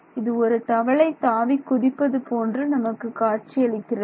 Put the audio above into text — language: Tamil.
இது ஒரு தவளை தாவிக் குதிப்பது போன்று நமக்கு காட்சியளிக்கிறது